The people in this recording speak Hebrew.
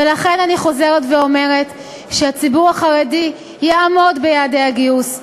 ולכן אני חוזרת ואומרת שהציבור החרדי יעמוד ביעדי הגיוס.